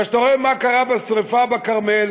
וכשאתה רואה מה קרה בשרפה האחרונה בכרמל